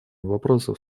вопросов